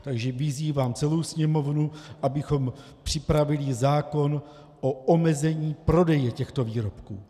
Takže vyzývám celou Sněmovnu, abychom připravili zákon o omezení prodeje těchto výrobků.